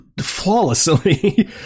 flawlessly